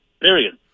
period